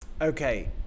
okay